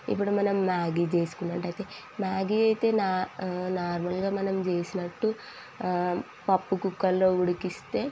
ఇప్పుడు మనం మ్యాగీ చేసుకున్నట్టయితే మ్యాగీ అయితే నా నార్మల్గా మనం చేసినట్టు పప్పు కుక్కర్లో ఉడికిస్తే